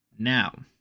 now